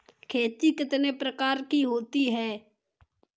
खेती कितने प्रकार की होती है?